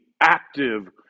active